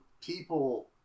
people